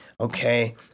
Okay